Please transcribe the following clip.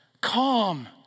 calm